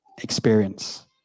experience